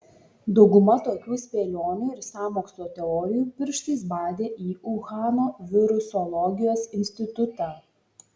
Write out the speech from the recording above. dauguma tokių spėlionių ir sąmokslo teorijų pirštais badė į uhano virusologijos institutą